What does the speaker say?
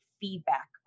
feedback